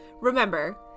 Remember